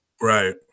right